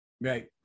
Right